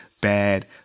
bad